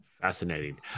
Fascinating